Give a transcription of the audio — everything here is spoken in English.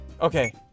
Okay